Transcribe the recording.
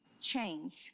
change